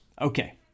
Okay